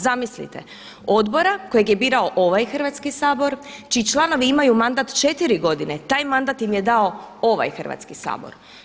Zamislite, odbora kojeg je birao ovaj Hrvatski sabor, čiji članovi imaju mandat četiri godine, taj mandat im je dao ovaj Hrvatski sabor.